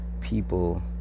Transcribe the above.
people